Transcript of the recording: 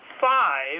five